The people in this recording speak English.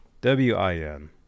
W-I-N